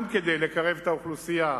גם כדי לקרב את האוכלוסייה,